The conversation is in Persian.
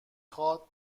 خواد